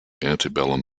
antebellum